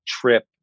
trip